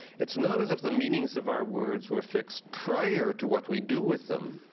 it's not as if the meanings of our words were fixed prior to what we do with them,